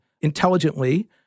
intelligently